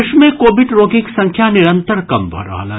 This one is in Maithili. देश मे कोविड रोगीक संख्या निरंतर कम भऽ रहल अछि